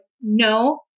no